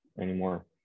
anymore